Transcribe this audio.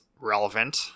relevant